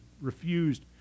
refused